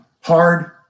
hard